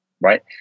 Right